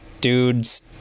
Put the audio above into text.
dudes